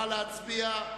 נא להצביע.